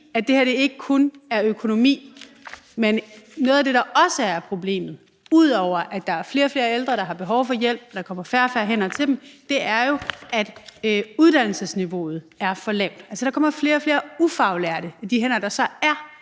at det her ikke kun er økonomi. Men noget af det, der også er problemet, ud over at der er flere og flere ældre, der har behov for hjælp, og at der kommer færre og færre hænder til dem, er jo, at uddannelsesniveauet er for lavt – altså, der kommer flere og flere ufaglærte bag de hænder, der så er